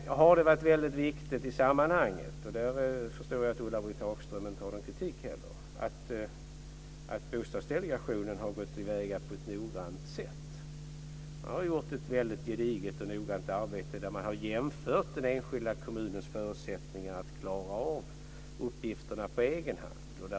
Sedan har det varit väldigt viktigt i sammanhanget, och där förstår jag att Ulla-Britt Hagström inte har någon kritik heller, att Bostadsdelegationen har gått till väga på ett noggrant sätt. Man har gjort ett väldigt gediget och noggrant arbete där man har jämfört den enskilda kommunens förutsättningar att klara av uppgifterna på egen hand.